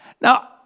Now